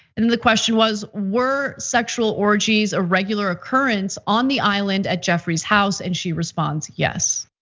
and the question was, were sexual orgies, a regular occurrence on the island at jeffrey's house and she responds yes.